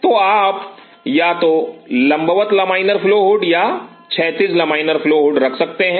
तो आप या तो लंबवत लमाइनर फ्लो हुड या क्षैतिज लमाइनर फ्लो हुड रख सकते हैं